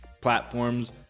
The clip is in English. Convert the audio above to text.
platforms